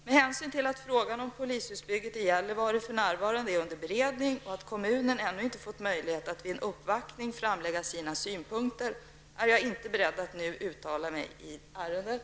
Med hänsyn till att frågan om polishusbygget i Gällivare för närvarande är under beredning och att kommunen ännu inte fått möjlighet att vid en uppvaktning framlägga sina synpunkter är jag inte beredd att nu uttala mig i ärendet.